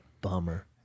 bummer